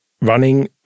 running